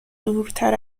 دورتر